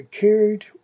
carried